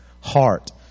heart